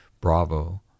Bravo